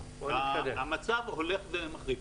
המצב הולך ומחריף.